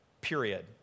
Period